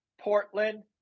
Portland